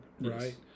right